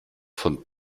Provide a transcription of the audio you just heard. von